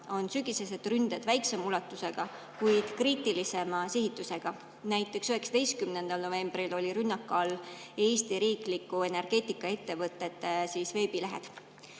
olid sügisesed ründed väiksema ulatusega, kuid kriitilisema sihitusega. Näiteks 19. novembril olid rünnaku all Eesti riikliku energeetikaettevõtte veebilehed.5.